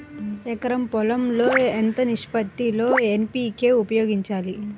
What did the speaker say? ఎకరం పొలం లో ఎంత నిష్పత్తి లో ఎన్.పీ.కే ఉపయోగించాలి?